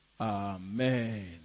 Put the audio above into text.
Amen